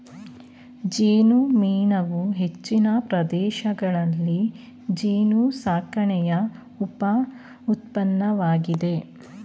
ಜೇನುಮೇಣವು ಹೆಚ್ಚಿನ ಪ್ರದೇಶಗಳಲ್ಲಿ ಜೇನುಸಾಕಣೆಯ ಉಪ ಉತ್ಪನ್ನವಾಗಿದೆ